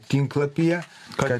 tinklapyje kad